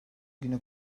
günü